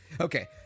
Okay